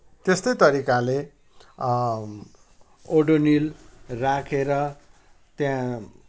त्यस्तै तरिकाले ओडोनिल राखेर त्यहाँ